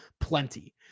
plenty